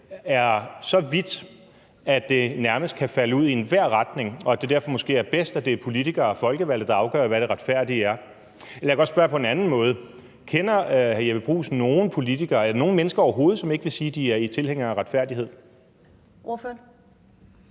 er så vidt, at det nærmest kan falde ud i enhver retning, og at det måske derfor er bedst, at det er politikere og folkevalgte, der afgør, hvad det retfærdige er? Eller jeg kan også spørge på en anden måde: Kender hr. Jeppe Bruus nogen politikere eller nogen mennesker overhovedet, som ikke vil sige, at de er tilhængere af retfærdighed? Kl.